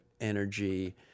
energy